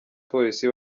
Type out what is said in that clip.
polisi